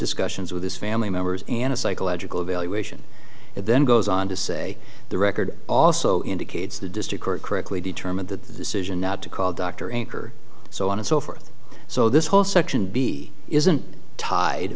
discussions with his family members and a psychological evaluation and then goes on to say the record also indicates the district court correctly determined that the decision not to call dr ankur so on and so forth so this whole section b isn't tied